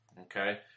Okay